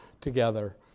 together